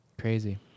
Crazy